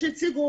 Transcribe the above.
מה שהציגה